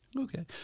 Okay